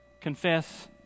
confess